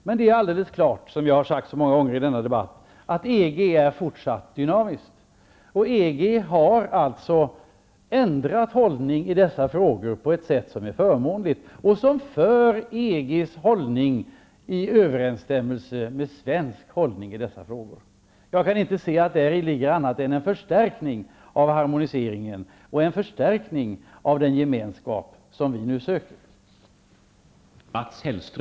Men EG är, som jag har sagt så många gånger i denna debatt, fortsatt dynamiskt. EG har i dessa frågor ändrat hållning på ett sätt som är förmånligt och som för EG:s hållning i överensstämmelse med svensk hållning i dessa frågor. Jag kan inte se annat än att däri ligger en förstärkning av harmoniseringen och en förstärkning av den gemenskap som vi nu söker.